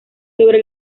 sobre